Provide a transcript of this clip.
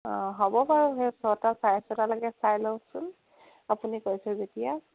অঁ হ'ব বাৰু সেই ছটা চাৰে ছটালৈকে চাই লওঁচোন আপুনি কৈছে যেতিয়া